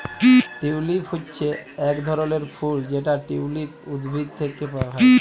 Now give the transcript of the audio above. tulip হচ্যে এক ধরলের ফুল যেটা টিউলিপ উদ্ভিদ থেক্যে পাওয়া হ্যয়